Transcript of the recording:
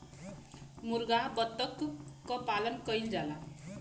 मुरगा बत्तख क पालन कइल जाला